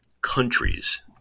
countries